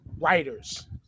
Writers